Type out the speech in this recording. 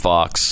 Fox